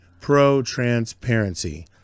Pro-transparency